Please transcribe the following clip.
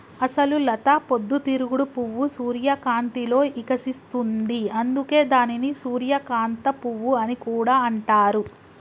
అసలు లత పొద్దు తిరుగుడు పువ్వు సూర్యకాంతిలో ఇకసిస్తుంది, అందుకే దానిని సూర్యకాంత పువ్వు అని కూడా అంటారు